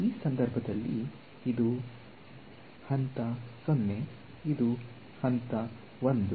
ಈ ಸಂದರ್ಭದಲ್ಲಿ ಇದು ಹಂತ 0 ಇದು ಹಂತ 1